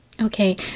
okay